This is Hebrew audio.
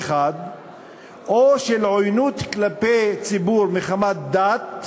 או של עוינות כלפי ציבור מחמת דת,